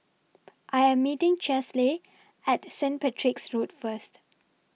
I Am meeting Chesley At Street Patrick's Road First